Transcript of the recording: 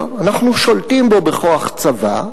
הפקר, אנחנו שולטים בו בכוח צבא.